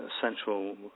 central